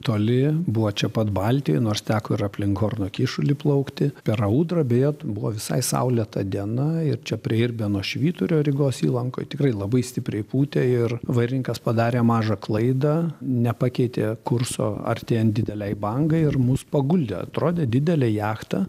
toli buvo čia pat baltijoj nors teko ir aplink horno kyšulį plaukti per audrą beje buvo visai saulėta diena ir čia prie irbeno švyturio rygos įlankoj tikrai labai stipriai pūtė ir vairininkas padarė mažą klaidą nepakeitė kurso artėjant didelei bangai ir mus paguldė atrodė didelė jachta